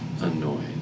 annoyed